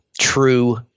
true